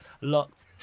locked